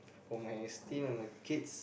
for my and the kids